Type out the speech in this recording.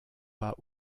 pas